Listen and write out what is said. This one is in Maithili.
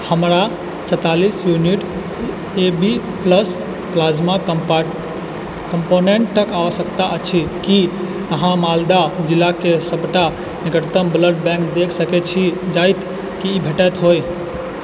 हमरा सैँतालिस यूनिट ऐबी प्लस प्लाज्मा कम्पोनेन्टके आवश्यकता अछि की अहाँ मालदा जिलाके सबटा निकटतम ब्लड बैंक देखा सकै छी जतऽ भेटैत होइ